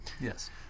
Yes